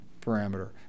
parameter